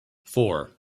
four